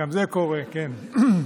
גם זה קורה, כן.